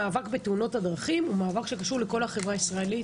המאבק בתאונות הדרכים הוא מאבק שקשור לכל החברה הישראלית.